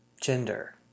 gender